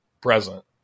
present